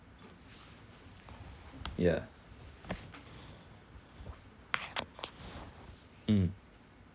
ya mm